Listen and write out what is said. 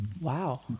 wow